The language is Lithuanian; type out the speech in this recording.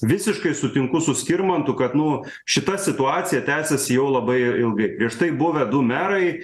visiškai sutinku su skirmantu kad nu šita situacija tęsiasi jau labai ilgai prieš tai buvę du merai